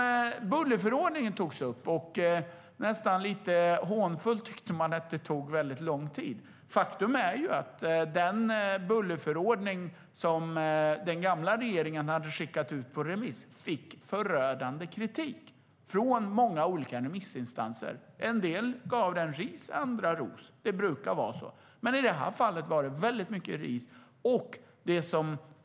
Bullerförordningen togs upp. Man var nästan lite hånfull och tyckte att det tar lång tid, men faktum är att den bullerförordning som den gamla regeringen skickade ut på remiss fick förödande kritik från många olika remissinstanser. En del gav den ris, andra ros. Det brukar vara så, men i det här fallet var det väldigt mycket ris.